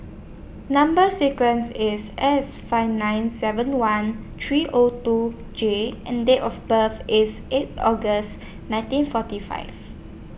Number sequence IS S five nine seven one three O two J and Date of birth IS eight August nineteen forty five